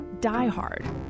Diehard